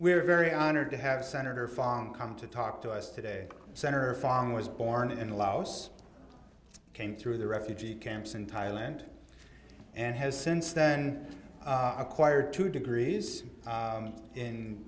we're very honored to have senator font come to talk to us today center a fine was born in laos came through the refugee camps in thailand and has since then acquired two degrees in in